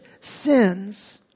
sins